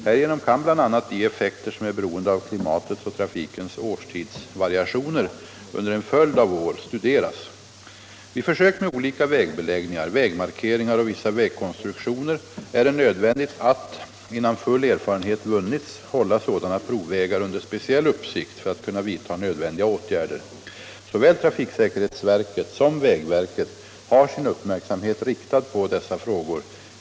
Härigenom kan bl.a. de effekter som är beroende av klimatets och trafikens årstids kerhet vid utprovning av nya vägmaterial variationer under en följd av år studeras. Vid försök med olika vägbeläggningar, vägmarkeringar och vissa vägkonstruktioner är det nödvändigt att, innan full erfarenhet vunnits, hålla sådana provvägar under speciell uppsikt för att kunna vidta nödvändiga åtgärder. Såväl trafiksäkerhetsverket som vägverket har sin uppmärksamhet riktad på dessa frågor.